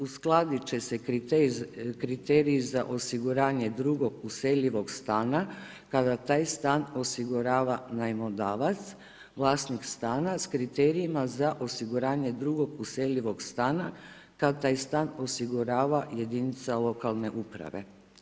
Uskladit će se kriteriji za osiguranje drugog useljivog stana kada taj stan osigurava najmodavac, vlasnik stana s kriterijima za osiguranje drugog useljivog stana kad taj stan osigurava jedinica lokalne uprave.